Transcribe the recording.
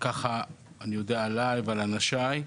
ככה אני יודע עליי ועל אנשיי.